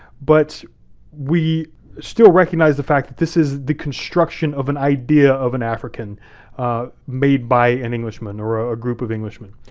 but we still recognize the fact that this is the construction of an idea of an african made by an englishman or a group of englishmen,